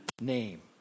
name